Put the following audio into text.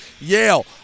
Yale